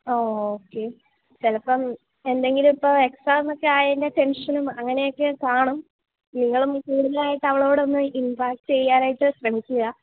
okay ചിലപ്പോൾ എന്തെങ്കിലു ഇപ്പം എക്സാമൊക്കെ അയതിൻ്റെ ടെൻഷൻ അങ്ങനെ ഒക്കെ കാണും നിങ്ങളും കൂടതലായിട്ട് അവളോടൊന്ന് ഇൻ്റെറാക്ട് ചെയ്യാനായിട്ട് ശ്രമിക്കുക